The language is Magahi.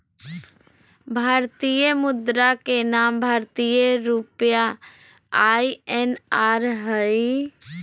भारतीय मुद्रा के नाम भारतीय रुपया आई.एन.आर हइ